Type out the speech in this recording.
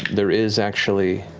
there is actually,